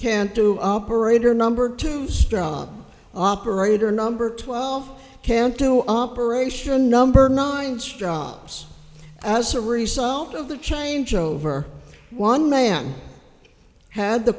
can't do operator number two stop operator number twelve can't do operation number nine stops as a result of the changeover one man had the